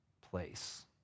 place